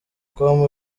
com